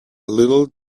little